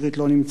לא נמצא,